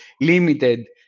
limited